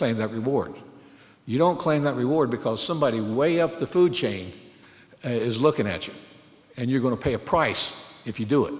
claim that reward you don't claim that reward because somebody way up the food chain is looking at you and you're going to pay a price if you do it